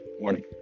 morning